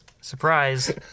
Surprise